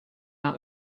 out